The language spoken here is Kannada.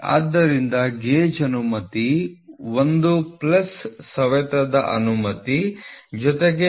ಆದ್ದರಿಂದ ಗೇಜ್ ಅನುಮತಿ ಒಂದು ಪ್ಲಸ್ ಸವೆತದ ಅನುಮತಿ ಜೊತೆಗೆ ಗೇಜ್ ಅನುಮತಿ 0